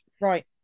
right